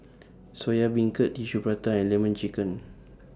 Soya Beancurd Tissue Prata and Lemon Chicken